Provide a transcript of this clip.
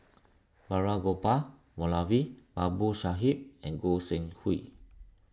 Balraj Gopal Moulavi Babu Sahib and Goi Seng Hui